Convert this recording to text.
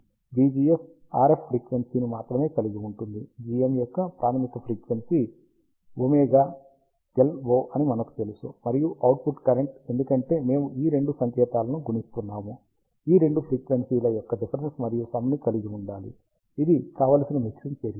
కాబట్టి vgs RF ఫ్రీక్వెన్సీని మాత్రమే కలిగి ఉంటుంది gm యొక్క ప్రాథమిక ఫ్రీక్వెన్సీ ωLO అని మనకు తెలుసు మరియు అవుట్పుట్ కరెంట్ ఎందుకంటే మేము ఈ రెండు సంకేతాలను గుణిస్తున్నాము ఈ రెండు ఫ్రీక్వెన్సీల యొక్క డిఫరెన్స్ మరియు సమ్ ని కలిగి ఉండాలి ఇది కావలసిన మిక్సింగ్ చర్య